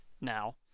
now